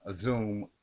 zoom